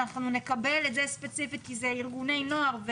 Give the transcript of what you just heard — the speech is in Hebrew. אנחנו נקבל את זה ספציפית כי זה ארגוני נוער,